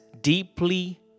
deeply